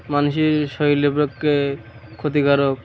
মানুষের শরীরের পক্ষে ক্ষতিকারক